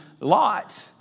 Lot